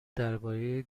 درباره